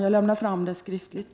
Jag lämnar dessa yrkanden skiftligt.